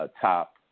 top